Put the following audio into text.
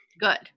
Good